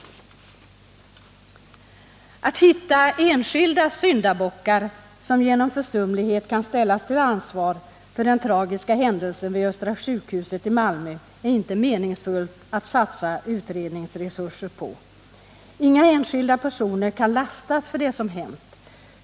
Att försöka hitta enskilda syndabockar, som på grund av försumlighet kan ställas till ansvar för den tragiska händelsen vid Östra sjukhuset i Malmö, är inte någonting som det är meningsfullt att satsa utredningsresurser på. Inga enskilda personer kan lastas för det som hänt.